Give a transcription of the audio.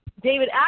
David